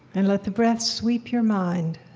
and let the breath sweep your mind,